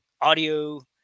audio